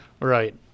Right